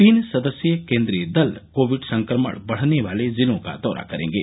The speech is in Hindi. तीन सदस्यीय केन्द्रीय दल कोविड संक्रमण बढ़ने वाले जिलों का दौरा करेंगे